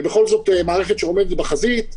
בכל זאת, זאת מערכת שעומדת בחזית.